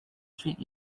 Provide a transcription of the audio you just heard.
treat